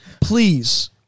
please